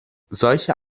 solche